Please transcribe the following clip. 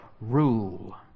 rule